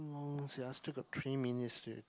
so long sia still got three minutes to